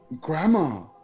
Grandma